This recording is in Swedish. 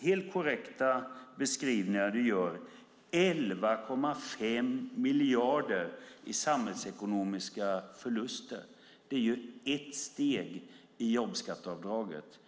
helt korrekta beskrivningen som du gör - 11 1⁄2 miljard i samhällsekonomiska förluster - är ett steg i jobbskatteavdraget.